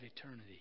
eternity